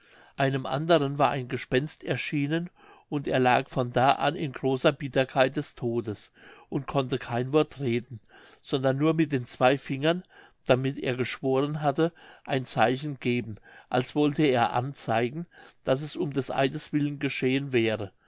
einem anderen war ein gespenst erschienen und er lag von da an in großer bitterkeit des todes und konnte kein wort reden sondern nur mit den zwei fingern damit er geschworen hatte ein zeichen geben als wollte er anzeigen daß es um des eides willen geschehen wäre